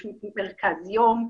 יש מרכז יום,